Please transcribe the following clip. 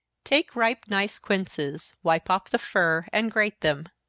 take ripe nice quinces, wipe off the fur, and grate them.